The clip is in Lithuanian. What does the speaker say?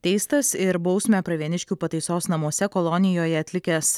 teistas ir bausmę pravieniškių pataisos namuose kolonijoje atlikęs